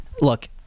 look